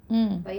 mm